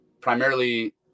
Primarily